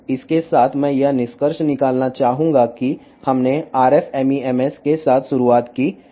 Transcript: ఇవి microwave imaging యొక్క అనువర్తనాలు